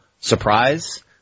surprise